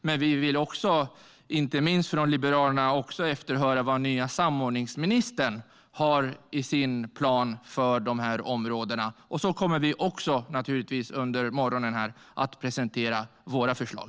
Från Liberalerna vill vi också efterhöra inte minst vad den nya samordningsministern har i sin plan för de här områdena. Vi kommer naturligtvis också nu under morgonen här att presentera våra förslag.